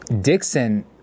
Dixon